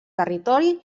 territori